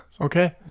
Okay